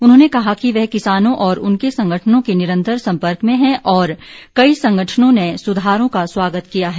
उन्होंने कहा कि वह किसानों और उनके संगठनों के निरंतर संपर्क में हैं और कई संगठनों ने सुधारों का स्वागत किया है